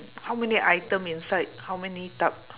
how many item inside how many type